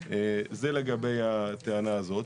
זה לגבי הטענה הזאת.